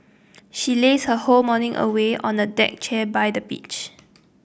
she lazed her whole morning away on a deck chair by the beach